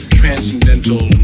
transcendental